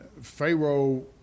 Pharaoh